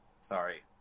sorry